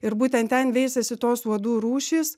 ir būtent ten veisiasi tos uodų rūšys